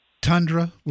Tundra